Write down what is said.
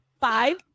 five